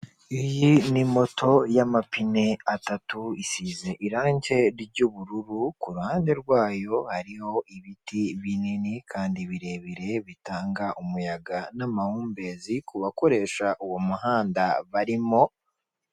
Iyi ni moto y'amapine atatu isize irangi ry'ubururu, ku ruhande rwayo hariho ibiti binini kandi birebire, bitanga umuyaga n'amahumbezi ku bakoresha uwo muhanda barimo,...